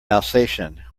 alsatian